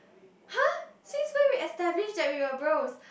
!huh! since when we establish that we were bros